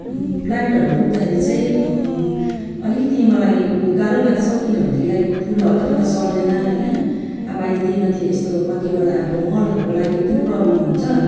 प्लान्टहरू रोप्दाखेरि चाहिँ अलिकति मलाई ऊ यो गाह्रो लाग्छ हो किनभनेदेखिलाई फुल हतपत सर्दैन होइन अब अहिले त्यही माथि यस्तो कतिवटा अब मलहरूको लागि एकदम प्रोब्लम हुन्छ